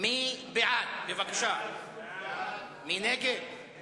משרד החוץ,